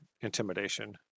intimidation